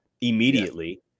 immediately